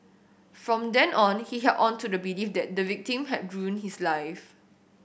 from then on he held on to the belief that the victim had ruined his life